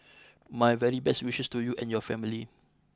my very best wishes to you and your family